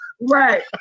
Right